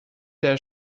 der